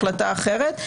החלטה אחרת,